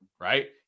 right